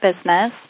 business